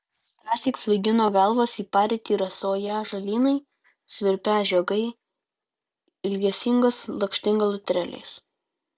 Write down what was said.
tąsyk svaigino galvas į parytį rasoją žolynai svirpią žiogai ilgesingos lakštingalų trelės